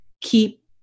keep